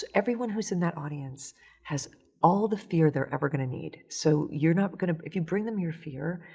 everyone who's in that audience has all the fear they're ever gonna need. so you're not gonna, if you bring them your fear,